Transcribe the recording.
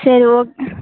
சரி ஓக்